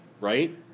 Right